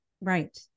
right